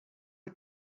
who